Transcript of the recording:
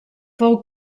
fou